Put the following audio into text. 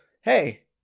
hey